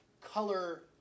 color